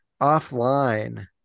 offline